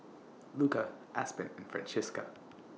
Luka Aspen and Francisca